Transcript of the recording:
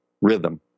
rhythm